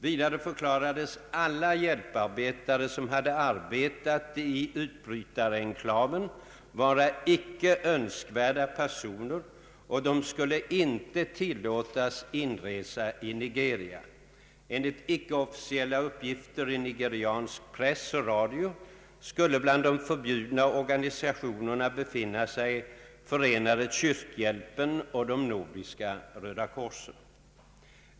Vidare förklarades alla hjälparbetare, som hade arbetat i utbrytarenklaven, vara icke önskvärda personer och de skulle inte tillåtas inresa i Nigeria. Enligt icke-officiella uppgifter i nigeriansk press och radio skulle bland de förbjudna organisationerna befinna sig Förenade kyrkohjälpen och de nordiska Röda korsen.